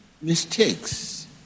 mistakes